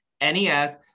NES